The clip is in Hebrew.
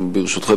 ברשותך,